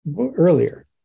earlier